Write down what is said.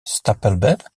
stapelbed